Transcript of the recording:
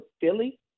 Philly